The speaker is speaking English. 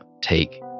take